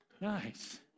Nice